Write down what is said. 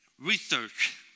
research